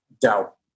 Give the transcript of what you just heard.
doubt